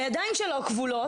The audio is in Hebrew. הידיים שלו כבולות.